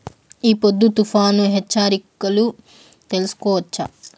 ఈ పొద్దు తుఫాను హెచ్చరికలు ఎలా తెలుసుకోవచ్చు?